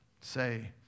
say